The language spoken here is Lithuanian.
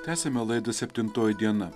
tęsiame laidą septintoji diena